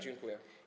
Dziękuję.